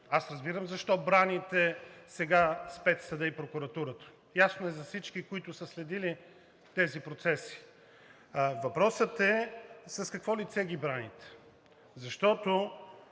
Аз разбирам защо браните сега Спецсъда и прокуратурата – ясно е за всички, които са следили тези процеси. Въпросът е: с какво лице ги браните? Защото